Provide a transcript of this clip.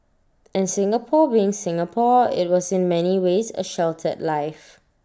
and Singapore being Singapore IT was in many ways A sheltered life